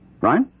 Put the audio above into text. Right